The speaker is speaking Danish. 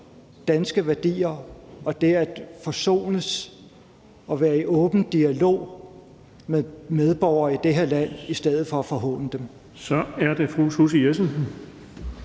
danske værdier og det at forsones og være i åben dialog med medborgere i det her land i stedet for at forhåne dem. Kl. 13:34 Den fg.